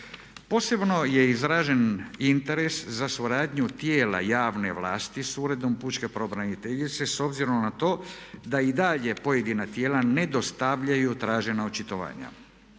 Posebno je izražen interes za suradnju tijela javne vlasti s Uredom pučke pravobraniteljice s obzirom na to da i dalje pojedina tijela ne dostavljaju tražena očitovanja.